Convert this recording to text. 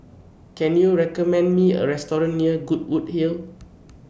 Can YOU recommend Me A Restaurant near Goodwood Hill